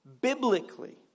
Biblically